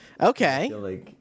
Okay